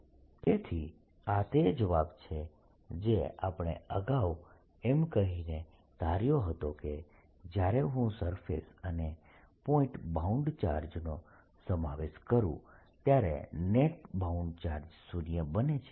4πr2freedV DQ4πr2 EDK0Q4π0r2 K1 outside DinsideQ4πr2 EQ4π0Kr2 r તેથી આ તે જ જવાબ છે જે આપણે અગાઉ એમ કહીને ધાર્યો હતો કે જ્યારે હું સરફેસ અને પોઇન્ટ બાઉન્ડ ચાર્જનો સમાવેશ કરું ત્યારે નેટ બાઉન્ડ ચાર્જ શુન્ય બને છે